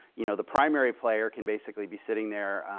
you know, the primary player can basically be sitting there,